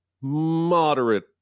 moderate